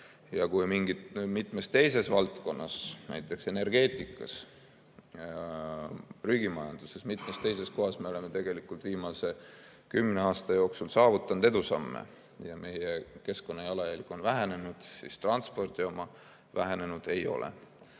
ja kui mitmes teises valdkonnas, näiteks energeetikas, prügimajanduses ja mitmes teises kohas me oleme viimase kümne aasta jooksul teinud edusamme ja meie keskkonnajalajälg on vähenenud, siis transpordi oma vähenenud ei ole.